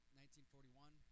1941